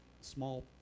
small